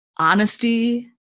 honesty